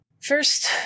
first